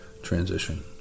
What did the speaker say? transition